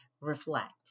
Reflect